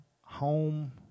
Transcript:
home